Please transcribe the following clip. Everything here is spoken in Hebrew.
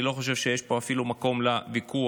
אני לא חושב שיש פה אפילו מקום לוויכוח.